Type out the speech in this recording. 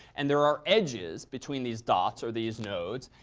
and there are edges between these dots or these nodes.